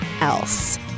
else